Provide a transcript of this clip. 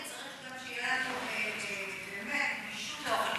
צריך גם שיהיה, נגישות לאוכל בריא.